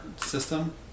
system